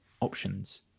options